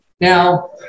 Now